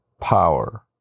power